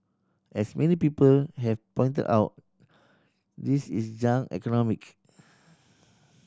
as many people have pointed out this is junk economic